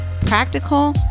practical